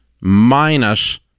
minus